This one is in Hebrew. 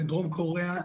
בדרום קוריאה,